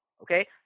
Okay